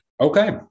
Okay